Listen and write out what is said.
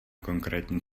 konkrétní